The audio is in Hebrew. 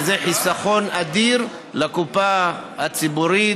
וזה חיסכון אדיר לקופה הציבורית,